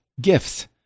Gifts